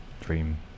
dream